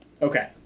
Okay